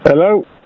Hello